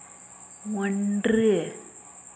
ஒன்று